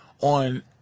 on